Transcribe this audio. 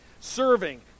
serving